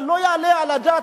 אבל לא יעלה על הדעת,